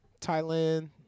Thailand